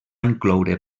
incloure